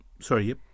Sorry